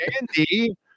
Andy